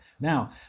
Now